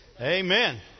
Amen